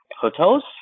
hotels